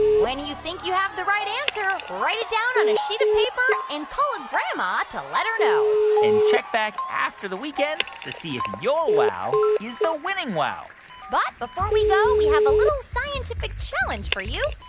when you think you have the right answer, write it down on a sheet of paper and call a grandma to let her know and check back after the weekend to see if your wow is the winning wow but before we go, we have a little scientific challenge for you.